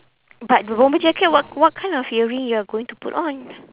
but the bomber jacket what what kind of earring you are going to put on